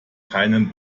keinen